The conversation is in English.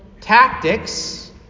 tactics